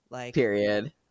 Period